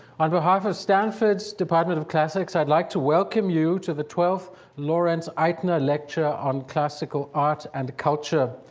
on behalf of stanford's department of classics, i'd like to welcome you to the twelfth lawrence eitner lecture on classical art and culture,